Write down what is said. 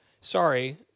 sorry